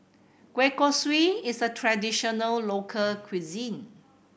kueh kosui is a traditional local cuisine